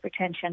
hypertension